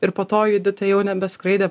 ir po to judita jau nebeskraidė